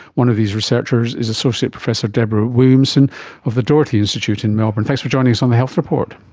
one of these researchers is associate professor deborah williamson of the doherty institute in melbourne. thanks for joining us on the health report.